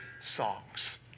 songs